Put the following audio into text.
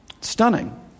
Stunning